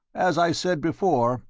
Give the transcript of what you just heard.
as i said before,